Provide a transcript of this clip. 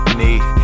need